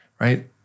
right